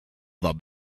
war